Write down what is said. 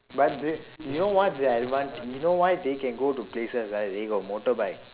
but they you know what their advanta~ you know why they can go to places right they got motorbike